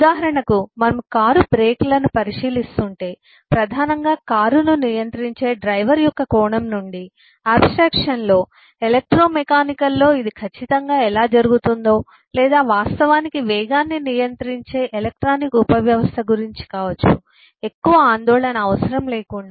ఉదాహరణకు మనము కారు బ్రేక్లను పరిశీలిస్తుంటే ప్రధానంగా కారును నియంత్రించే డ్రైవర్ యొక్క కోణం నుండి ఆబ్స్ట్రాక్షన్లో ఎలెక్ట్రోమెకానికల్లో ఇది ఖచ్చితంగా ఎలా జరుగుతుందో లేదా వాస్తవానికి వేగాన్ని నియంత్రించే ఎలక్ట్రానిక్ ఉపవ్యవస్థ గురించి కావచ్చు ఎక్కువ ఆందోళన అవసరం లేకుండా